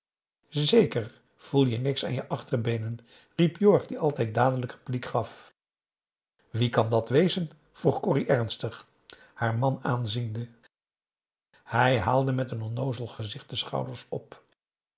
zeker voel je niks aan je achterbeenen riep jorg die altijd dadelijk repliek gaf wie kan dat wezen vroeg corrie ernstig haar man p a daum hoe hij raad van indië werd onder ps maurits aanziende hij haalde met een onnoozel gezicht de schouders op